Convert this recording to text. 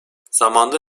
zamanda